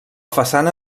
façana